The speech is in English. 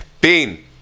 Bean